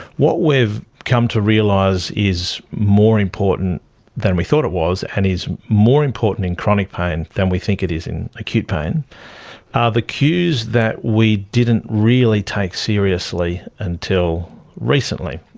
what we've come to realise is more important than we thought it was and is more important in chronic pain than we think it is in acute pain are the cues that we didn't really take seriously until recently.